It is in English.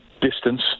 distance